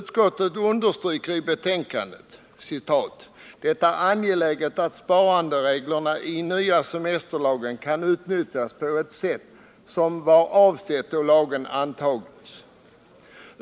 Utskottet understryker i betänkandet: ”Det är angeläget att sparandereglerna i nya semesterlagen kan utnyttjas på ett sätt som var avsett då lagen antogs.